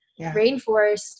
rainforest